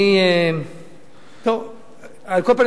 על כל פנים,